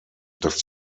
dass